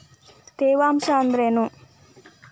ತೇವಾಂಶ ಅಂದ್ರೇನು?